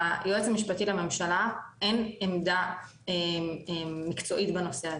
ליועץ המשפטי לממשלה אין עמדה מקצועית בנושא הזה.